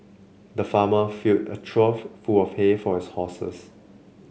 the farmer filled a trough full of hay for his horses